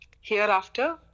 Hereafter